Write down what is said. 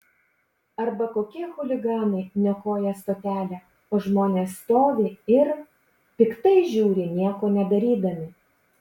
arba kokie chuliganai niokoja stotelę o žmonės stovi ir piktai žiūri nieko nedarydami